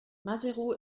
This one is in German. maseru